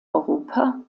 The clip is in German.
europa